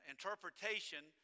Interpretation